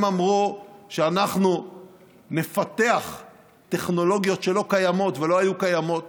הם אמרו שאנחנו נפתח טכנולוגיות שלא קיימות ולא היו קיימות